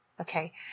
okay